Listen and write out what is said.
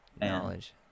knowledge